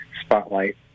spotlight